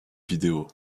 vidéo